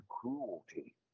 cruelty